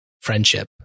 friendship